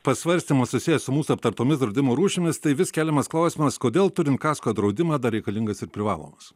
pasvarstymas susijęs su mūsų aptartomis draudimo rūšimis tai vis keliamas klausimas kodėl turint kasko draudimą dar reikalingas ir privalomas